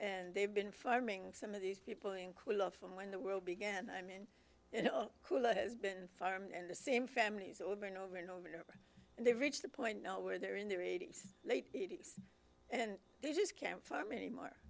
and they've been farming some of these people include love from when the world began i mean you know cool has been farming and the same families over and over and over and over and they've reached the point now where they're in their eighty's late eighty's and they just can't farm me more